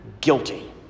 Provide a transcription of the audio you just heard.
guilty